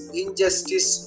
injustice